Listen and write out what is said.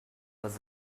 was